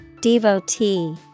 Devotee